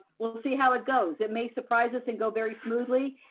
we'll see how it goes. it may surprise us and go very smoothly.